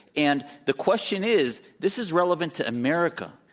and the question is, this is relevant to america,